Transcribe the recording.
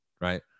Right